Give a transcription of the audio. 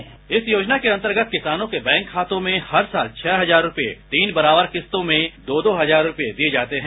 bite संवाददाता इस योजना के अंतर्गत किसानों के बैंक खातों में हर साल छह हजार रूपये तीन बराबर किस्तों में दो दो हजार रूपये दिए जाते हैं